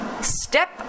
step